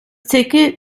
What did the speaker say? ticket